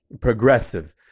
progressive